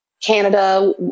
Canada